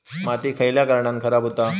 माती खयल्या कारणान खराब हुता?